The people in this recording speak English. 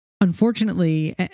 Unfortunately